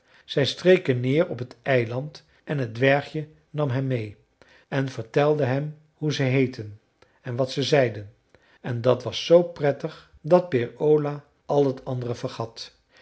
neer op het eiland en het dwergje nam hem meê en vertelde hem hoe ze heetten en wat ze zeiden en dat was z prettig dat peer ola al het andere vergat